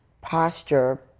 posture